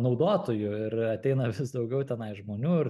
naudotojų ir ateina vis daugiau tenai žmonių ir